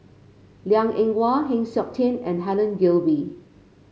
Liang Eng Hwa Heng Siok Tian and Helen Gilbey